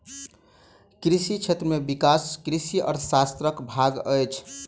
कृषि क्षेत्र में विकास कृषि अर्थशास्त्रक भाग अछि